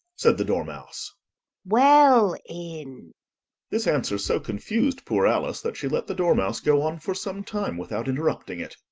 said the dormouse well in this answer so confused poor alice, that she let the dormouse go on for some time without interrupting it.